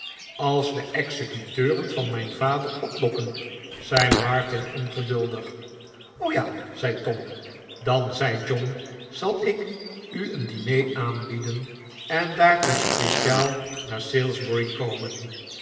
als de executeuren van mijn vader op dokken zei martin ongeduldig o ja zei tom dan zei john zal ik u een diner aanbieden en daartoe speciaal naar salisbury komen